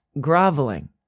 groveling